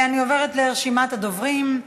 אני עוברת לרשימת הדוברים.